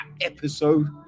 episode